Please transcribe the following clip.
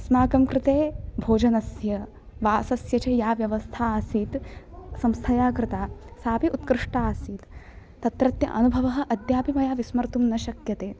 अस्माकं कृते भोजनस्य वासस्य च या व्यवस्था आसीत् संस्थया कृता साऽपि उत्कृष्टा आसीत् तत्रत्य अनुभवः अद्यापि मया विस्मर्तुं न शक्यते